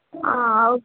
ಆ ಹೌದು